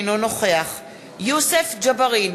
אינו נוכח יוסף ג'בארין,